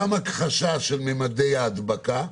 גם הכחשה של ממדי ההדבקה,